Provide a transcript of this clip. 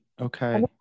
Okay